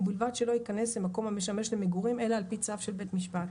ובלבד שלא ייכנס למקום המשמש למגורים אלא על פי צו של בית משפט.